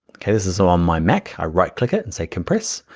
okay? this is so on my mac. i right-click it and say compress,